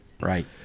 Right